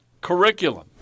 curriculum